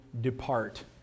depart